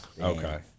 Okay